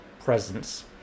presence